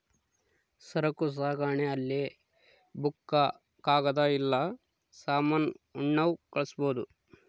ಸರಕು ಸಾಗಣೆ ಅಲ್ಲಿ ಬುಕ್ಕ ಕಾಗದ ಇಲ್ಲ ಸಾಮಾನ ಉಣ್ಣವ್ ಕಳ್ಸ್ಬೊದು